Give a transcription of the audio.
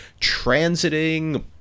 transiting